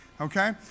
okay